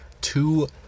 Two